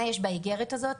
מה יש באיגרת הזאת